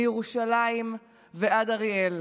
מירושלים עד אריאל,